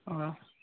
ᱚ